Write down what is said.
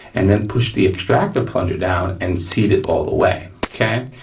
and then push the extractor plunger down and seat it all the way, okay.